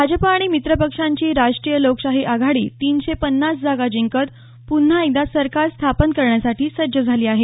भाजप आणि मित्रपक्षांची राष्टीय लोकशाही आघाडी तीनशे पन्नास जागा जिंकत पुन्हा एकदा सरकार स्थापन करण्यासाठी सज्ज झाली आहे